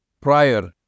prior